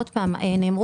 מי אמור